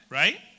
right